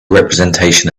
representation